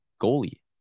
goalie